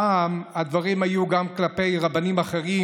פעם הדברים היו גם כלפי רבנים אחרים,